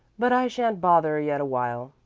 but i shan't bother yet awhile.